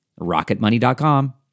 RocketMoney.com